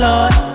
Lord